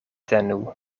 tenu